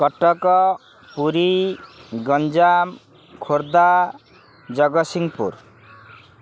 Cuttack Puri Ganjam Khordha Jagatsinghpur